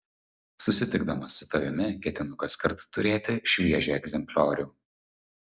susitikdamas su tavimi ketinu kaskart turėti šviežią egzempliorių